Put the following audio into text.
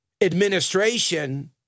administration